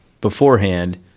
beforehand